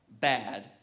bad